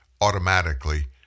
automatically